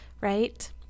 right